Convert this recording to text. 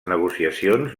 negociacions